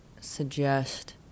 suggest